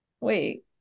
wait